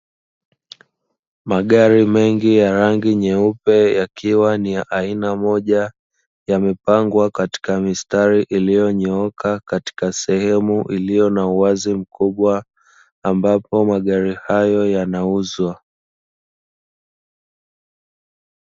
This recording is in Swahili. Magari mengi ya rangi nyeupe yakiwa ni ya aina moja yamepangwa katika mistari ilionyooka katika sehemu iliyo na uwazi mkubwa ambapo magari hayo yanauzwa.